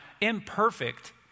imperfect